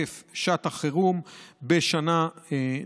תוקף שעת החירום בשנה נוספת,